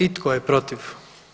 I tko je protiv?